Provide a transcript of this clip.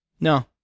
No